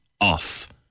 off